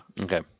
Okay